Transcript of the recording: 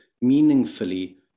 meaningfully